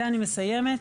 ואני מסיימת,